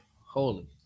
holy